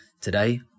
today